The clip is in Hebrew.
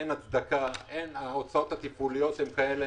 אין הצדקה וההוצאות התפעוליות הן כאלה